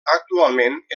actualment